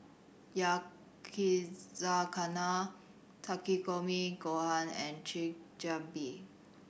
Yakizakana Takikomi Gohan and Chigenabe